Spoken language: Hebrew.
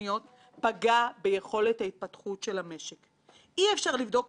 אבל לעסקים קטנים ובינוניים אני רוצה לחדש לכם אין ארביטראז׳ כזה,